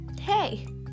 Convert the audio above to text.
Hey